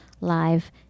live